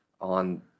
on